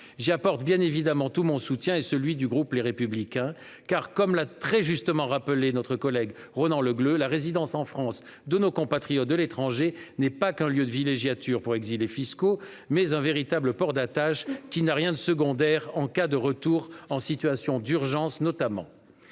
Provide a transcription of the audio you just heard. J'y apporte bien évidemment tout mon soutien et celui du groupe Les Républicains, car, comme l'a très justement rappelé notre collègue Ronan Le Gleut, la résidence en France de nos compatriotes de l'étranger n'est pas qu'un lieu de villégiature pour exilés fiscaux ; c'est un véritable port d'attache, qui n'a rien de secondaire, notamment en cas d'urgence.